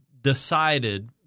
decided